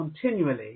continually